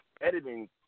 editing